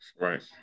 right